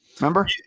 Remember